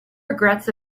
regrets